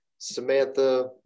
Samantha